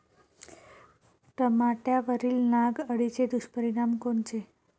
टमाट्यावरील नाग अळीचे दुष्परिणाम कोनचे?